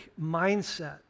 mindset